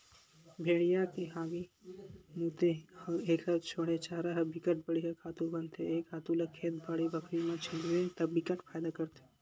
भेड़िया के हागे, मूते अउ एखर छोड़े चारा ह बिकट बड़िहा खातू बनथे ए खातू ल खेत, बाड़ी बखरी म छितबे त बिकट फायदा करथे